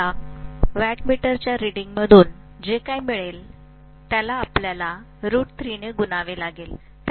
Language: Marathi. मला व्हॅटमीटरच्या रीडिंगमधून जे काही मिळेल त्याला आपल्याला ने गुणावे लागेल